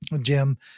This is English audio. Jim